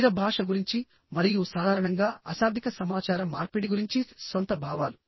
శరీర భాష గురించి మరియు సాధారణంగా అశాబ్దిక సమాచార మార్పిడి గురించి సొంత భావాలు